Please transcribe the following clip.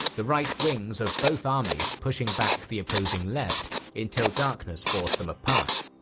the right wings of both armies pushing back the opposing left until darkness forced them apart.